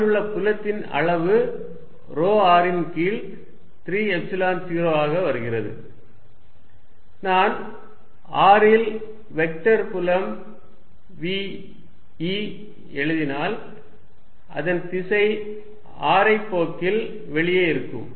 r இல் உள்ள புலத்தின் அளவு ρ r ன் கீழ் 3 எப்சிலன் 0 ஆக வருகிறது நான் r இல் வெக்டர் புலம் v E எழுதினால் அதன் திசை ஆரைப்போக்கில் வெளியே இருக்கும்